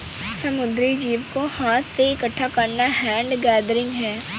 समुद्री जीव को हाथ से इकठ्ठा करना हैंड गैदरिंग है